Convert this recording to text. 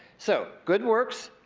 so good works,